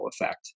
effect